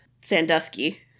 Sandusky